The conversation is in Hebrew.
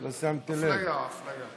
אפליה, אפליה.